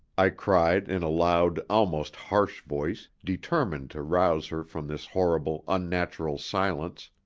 i cried in a loud, almost harsh voice, determined to rouse her from this horrible, unnatural silence.